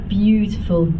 beautiful